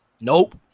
Nope